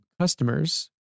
customers